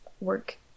work